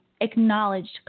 acknowledged